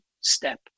step